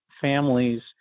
families